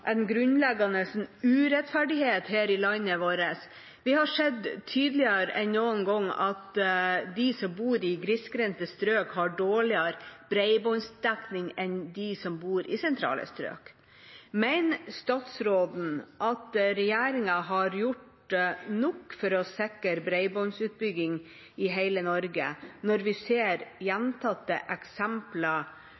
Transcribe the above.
en grunnleggende urettferdighet i landet vårt, vi har sett tydeligere enn noen gang at de som bor i grisgrendte strøk har dårligere bredbåndsdekning enn de som bor i sentrale strøk. Mener statsråden at regjeringen har gjort nok for å sikre bredbåndsutbygging i hele Norge, når vi ser